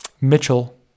Mitchell